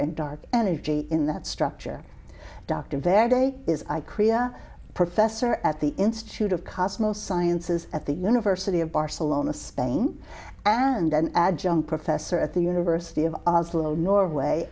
and dark energy in that structure dr van de is i korea professor at the institute of cosmos sciences at the university of barcelona spain and an adjunct professor at the university of oslo norway